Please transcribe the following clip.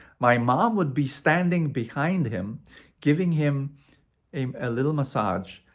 my mom would be standing behind him giving him a ah little massage.